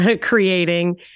creating